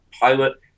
pilot